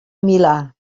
milà